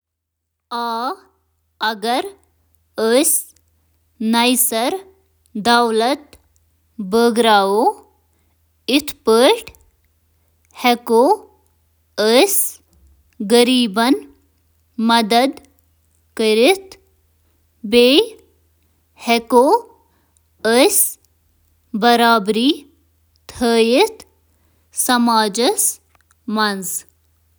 آ، آمدنی ہنٛز دوبارٕ تقسیم کرِ عدم مساوات کم کٔرتھ غربت کم، اگر صحیح پٲٹھۍ کرنہٕ ییہٕ۔